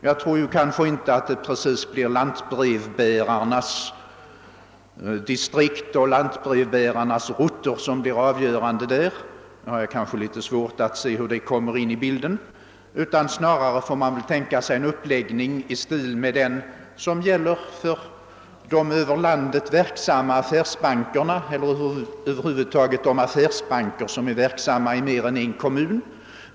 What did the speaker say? Jag tror inte att det blir lantbrevbärarnas distrikt och rutter som blir avgörande därvidlag — kanske har jag litet svårt att se hur denna sak kommer in i bilden — utan snarare får man väl tänka sig en uppläggning i stil med den som gäller för de över landet verksamma affärsbankerna eller över huvud för banker som är verksamma i mer än en kommun.